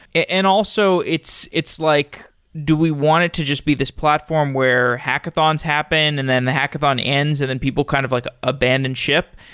and also, it's it's like do we want it to just be this platform where hackathons happens and then the hackathon ends and then people kind of like abandon ship,